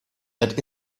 that